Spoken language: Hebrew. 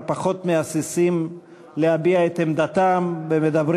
כבר פחות מהססים להביע את עמדתם ומדברים